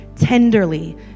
tenderly